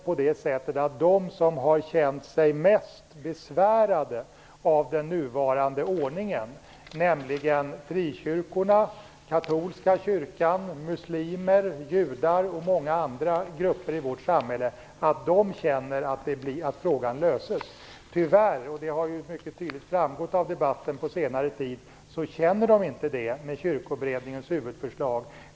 Jag hoppas också att de som har känt sig mest besvärade av den nuvarande ordningen - frikyrkorna, katolska kyrkan, muslimer, judar och många andra grupper - känner att frågan löses. Tyvärr känner de inte så, vilket också mycket tydligt har framgått av debatten under senare tid, med Kyrkoberedningens huvudförslag.